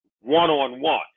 one-on-one